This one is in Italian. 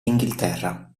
inghilterra